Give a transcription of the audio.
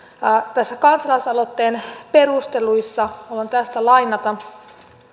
tässä kansalaisaloitteen perusteluissa voin tästä lainata